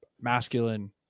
masculine